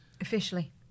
Officially